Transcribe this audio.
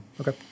okay